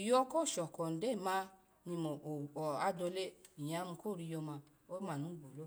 iyoko shoko ny gyo ma nyma dole iya yimu ko riyoma oma nu gbolo.